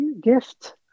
gift